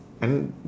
and